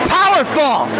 powerful